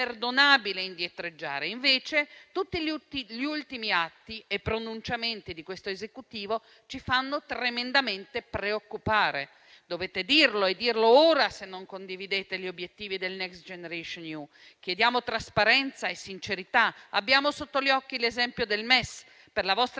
indietreggiare. Invece tutti gli ultimi atti e pronunciamenti di questo Esecutivo ci fanno tremendamente preoccupare. Dovete dirlo e dirlo ora se non condividete gli obiettivi del Next generation EU. Chiediamo trasparenza e sincerità. Abbiamo sotto gli occhi l'esempio del MES: per la vostra